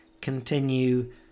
continue